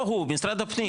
לא הוא, משרד הפנים.